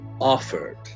offered